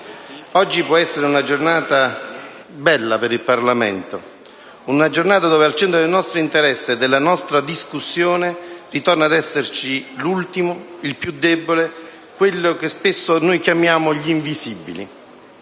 oggi può essere una giornata bella per il Parlamento, una giornata dove al centro del nostro interesse e della nostra discussione ritorna ad esserci l'ultimo, il più debole: quelli che spesso chiamiamo «gli invisibili».